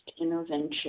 intervention